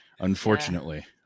unfortunately